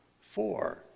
Four